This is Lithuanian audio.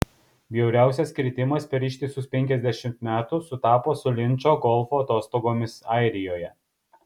bjauriausias kritimas per ištisus penkiasdešimt metų sutapo su linčo golfo atostogomis airijoje